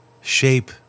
shape